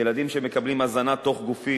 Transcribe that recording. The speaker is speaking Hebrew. ילדים שמקבלים הזנה תוך-גופית.